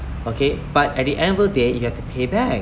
okay but at the end of the day you have to pay back